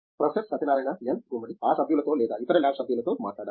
professor Satyanarayana N Gummadi ఆ సభ్యులతో లేదా ఇతర ల్యాబ్ సభ్యులతో మాట్లాడాలి